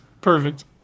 perfect